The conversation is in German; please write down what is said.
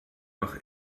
noch